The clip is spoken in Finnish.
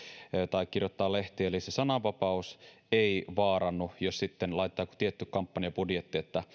tai kirjoittaa lehtiin eli se sananvapaus ei vaarannu jos sitten laitetaankin tietty kampanjabudjetti niin että